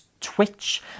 twitch